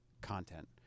content